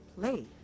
play